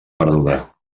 perduda